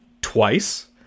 Twice